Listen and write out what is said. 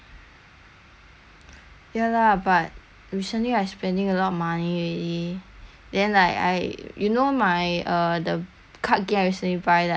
ya lah but recently I spending a lot of money ready then like I you know my err the card game I recently buy the here to slay